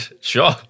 sure